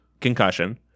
concussion